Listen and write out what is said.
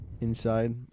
inside